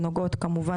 הנוגעות כמובן